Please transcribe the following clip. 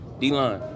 D-line